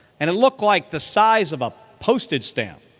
and it looked like the size of a postage stamp.